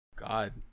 god